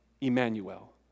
Emmanuel